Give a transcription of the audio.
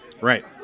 Right